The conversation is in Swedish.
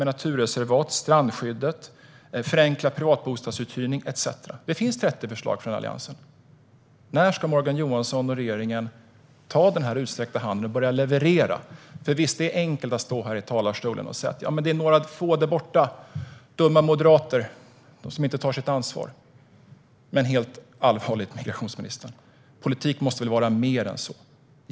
Vi har också riksintressena, systemet med naturreservat och strandskyddet och så vidare. Det finns 30 förslag från Alliansen. När ska Morgan Johansson och regeringen ta den utsträckta handen och börja leverera? Det är enkelt att stå i talarstolen och säga att det är några få dumma moderater där borta som inte tar sitt ansvar. Helt allvarligt, migrationsministern: Politik måste väl vara mer än så.